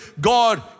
God